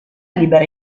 libera